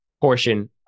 portion